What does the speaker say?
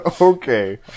Okay